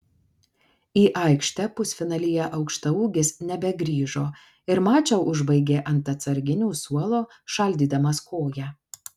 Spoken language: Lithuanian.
į aikštę pusfinalyje aukštaūgis nebegrįžo ir mačą užbaigė ant atsarginių suolo šaldydamas koją